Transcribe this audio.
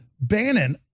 Bannon